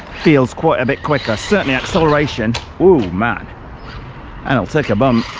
feels quite a bit quicker certainly acceleration oh man and i'll take a bump